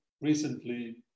recently